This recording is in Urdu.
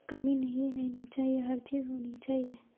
کمی نہیں رہنی چاہیے ہر چیز ہونی چاہیے